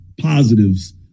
positives